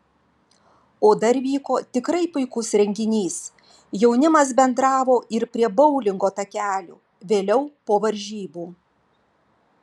o dar vyko tikrai puikus renginys jaunimas bendravo ir prie boulingo takelių vėliau po varžybų